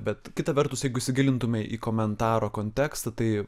bet kita vertus jeigu įsigilintume į komentaro kontekstą tai